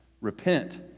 Repent